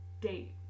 Date